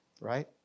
right